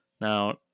Now